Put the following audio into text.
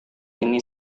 ini